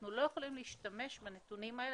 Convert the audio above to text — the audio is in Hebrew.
אנחנו לא יכולים להשתמש בנתונים האלה,